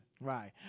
Right